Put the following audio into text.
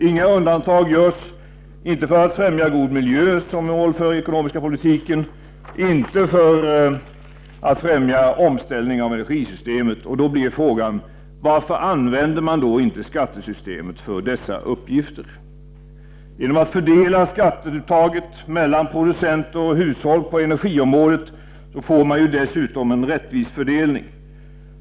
Inga undantag görs: inte för att främja god miljö, som är ett mål för den ekonomiska politiken, och inte för att främja omställning av energisystemet. Då blir frågan: Varför använder man då inte skattesystemet för dessa uppgifter? Genom att fördela skatteuttaget mellan producenter och hushåll på energiområdet får man dessutom en rättvis fördelning.